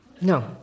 No